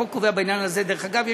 החוק קובע בעניין הזה דרך אגב,